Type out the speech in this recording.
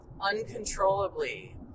uncontrollably